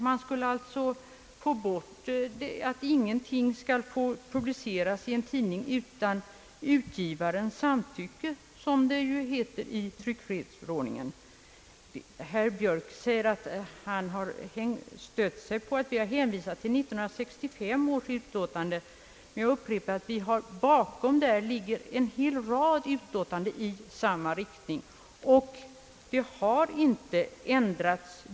Man skulle alltså sätta ur spel regeln om att ingenting får publiceras i en tidning utan utgivarens samtycke, som det heter i tryckfrihetsförordningen. Herr Björk säger att han har stött sig på att vi i utskottet har hänvisat till 1965 års utlåtande, men jag vill upprepa att det föreligger en hel rad utlåtanden i samma riktning.